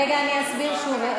רגע, אני אסביר שוב.